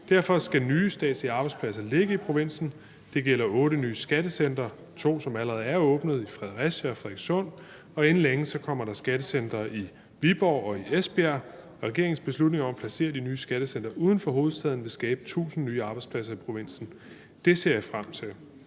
Derfor skal nye statslige arbejdspladser ligge i provinsen. Det gælder otte nye skattecentre, to, som allerede er åbnet i Fredericia og Frederikssund, og inden længe kommer der skattecentre i Viborg og i Esbjerg. Regeringens beslutning om at placere de nye skattecentre uden for hovedstaden vil skabe 1.000 nye arbejdspladser i provinsen. Det ser jeg frem til.